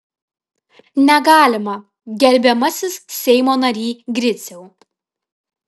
negalima gerbiamasis seimo nary griciau